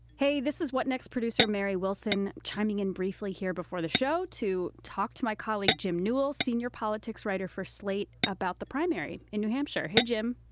hey, this is what next producer mary wilson chiming in briefly here before the show to talk to my colleague jim newell, senior politics writer for slate, about the primary in new hampshire. hey, jim.